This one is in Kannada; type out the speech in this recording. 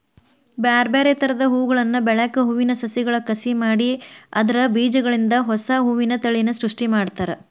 ಬ್ಯಾರ್ಬ್ಯಾರೇ ತರದ ಹೂಗಳನ್ನ ಬೆಳ್ಯಾಕ ಹೂವಿನ ಸಸಿಗಳ ಕಸಿ ಮಾಡಿ ಅದ್ರ ಬೇಜಗಳಿಂದ ಹೊಸಾ ಹೂವಿನ ತಳಿಯನ್ನ ಸೃಷ್ಟಿ ಮಾಡ್ತಾರ